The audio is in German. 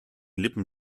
lippen